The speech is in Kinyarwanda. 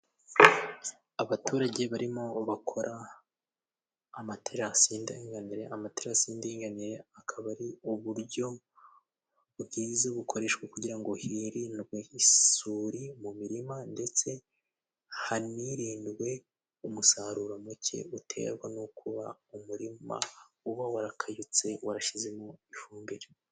Abaturage barimo bakora amaterasi y'indenganire, amaterasi y'indinganiye akaba ari uburyo bwiza bukoreshwa kugira ngo hirindwe isuri mu mirima ndetse hanirindwe umusaruro muke uterwa no kuba umurima uba warakayutse warashizemo ifumbire.